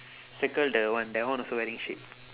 circle the one that one also wearing shade